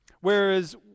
whereas